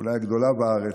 אולי הגדולה בארץ,